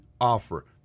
offer